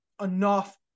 enough